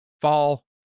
fall